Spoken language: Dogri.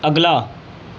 अगला